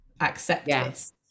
acceptance